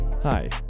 hi